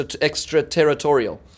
extraterritorial